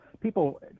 People